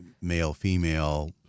male-female